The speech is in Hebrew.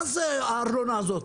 מה זה הארנונה הזאת?